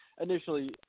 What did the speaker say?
initially